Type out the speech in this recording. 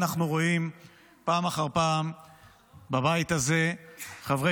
אנחנו רואים פעם אחר פעם בבית הזה חברי